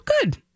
good